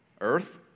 earth